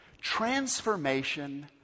Transformation